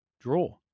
draw